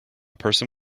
person